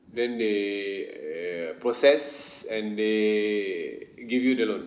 then they err process and they give you the loan